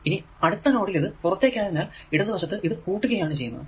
ഇനി അടുത്ത നോഡിൽ ഇത് പുറത്തേക്കയതിനാൽ ഇടതു വശത്തു ഇത് കൂട്ടുകയാണ് ചെയ്യേണ്ടത്